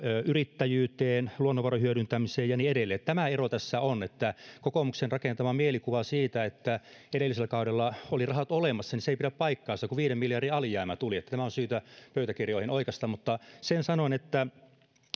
yrittäjyyteen ja luonnonvarojen hyödyntämiseen ja niin edelleen tämä ero tässä on kokoomuksen rakentama mielikuva siitä että edellisellä kaudella oli rahat olemassa ei pidä paikkansa kun viiden miljardin alijäämä tuli tämä on syytä pöytäkirjoihin oikaista sen sanon että